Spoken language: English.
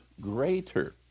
greater